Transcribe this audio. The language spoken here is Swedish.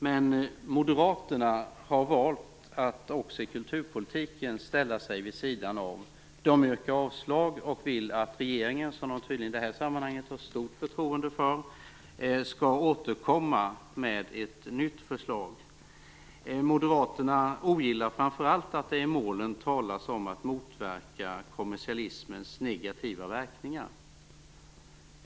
Men moderaterna har valt att också i kulturpolitiken ställa sig vid sidan om. De yrkar avslag och vill att regeringen, som de tydligen i detta sammanhang har stort förtroende för, skall återkomma med ett nytt förslag. Moderaterna ogillar framför allt att det i målen talas om att motverka kommersialismens negativa verkningar.